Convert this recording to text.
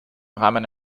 rahmen